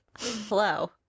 Hello